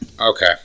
Okay